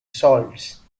salts